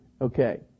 Okay